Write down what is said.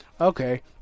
Okay